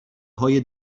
های